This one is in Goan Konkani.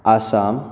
आसाम